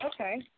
okay